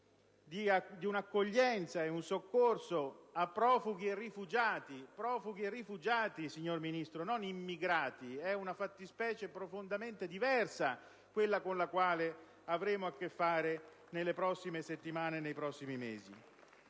di un'accoglienza e di un soccorso a profughi e rifugiati. Profughi e rifugiati, signor Ministro, non immigrati. È una fattispecie profondamente diversa quella con la quale avremo a che fare nelle prossime settimane e mesi.